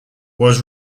was